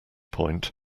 point